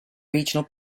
regional